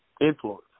Influence